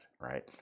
right